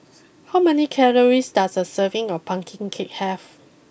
how many calories does a serving of Pumpkin Cake have